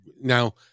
now